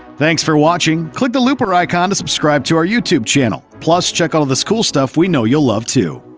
thanks for watching! click the looper icon to subscribe to our youtube channel. plus check out all this cool stuff we know you'll love, too!